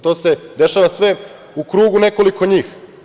To se dešava sve u krugu nekoliko njih.